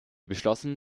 beschlossen